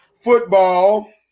football